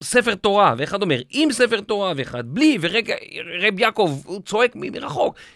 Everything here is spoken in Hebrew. ספר תורה, ואחד אומר עם ספר תורה ואחד בלי ורגע רב יעקב הוא צועק מרחוק